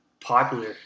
popular